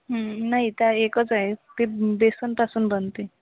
हो नाही त्या एकच आहे ते बेसनपासून बनते